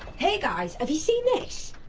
hey guys! have you seen this!